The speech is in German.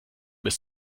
bis